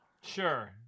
Sure